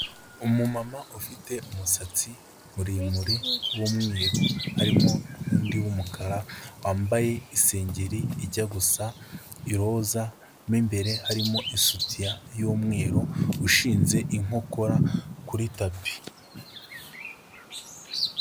Umumama ufite umusatsi muremure w'umweru, harimo undi w'umukara, wambaye isengeri ijya gusa iroza, mu imbere harimo isutiya y'umweru, ushinze inkokora kuri tapi.